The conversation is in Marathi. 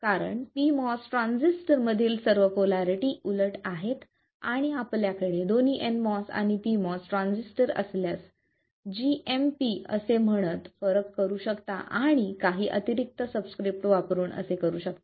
कारण pMOS ट्रान्झिस्टर्स मधील सर्व पोलारिटी उलट आहेत आणि आपल्याकडे दोन्ही nMOS आणि pMOS ट्रान्झिस्टर असल्यास आपण gmp असे म्हणत फरक करू शकता किंवा काही अतिरिक्त सबस्क्रिप्ट वापरुन असे करू शकता